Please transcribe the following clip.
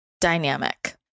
dynamic